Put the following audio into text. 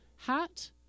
Hat